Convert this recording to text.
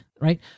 right